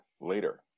later